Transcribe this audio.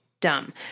dumb